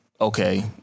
Okay